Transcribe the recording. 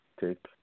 take